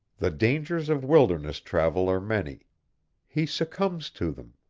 the dangers of wilderness travel are many he succumbs to them.